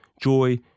joy